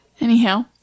Anyhow